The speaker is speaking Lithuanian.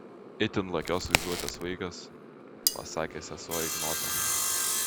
itin lakios vaizduotės vaikas pasakė sesuo ignotą